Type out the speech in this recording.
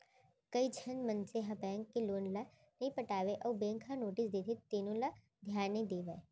कइझन मनसे ह बेंक के लोन ल नइ पटावय अउ बेंक ह नोटिस देथे तेनो ल धियान नइ देवय